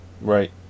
Right